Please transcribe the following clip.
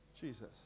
Jesus